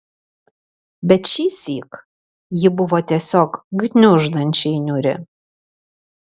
bet šįsyk ji buvo tiesiog gniuždančiai niūri